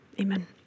amen